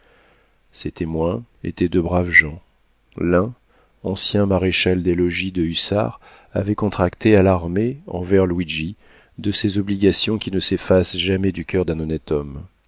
ces témoins étaient de braves gens l'un ancien maréchal-des-logis de hussards avait contracté à l'armée envers luigi de ces obligations qui ne s'effacent jamais du coeur d'un honnête homme